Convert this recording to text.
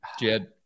Jed